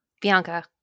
Bianca